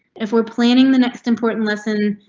if we're planning the next important lesson.